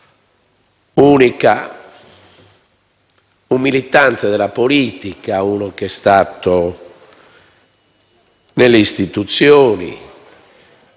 un militante della politica, è stato nelle istituzioni